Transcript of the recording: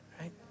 right